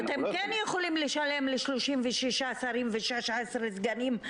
אבל אתם כן יכולים לשלם ל-36 שרים ו-16 סגנים,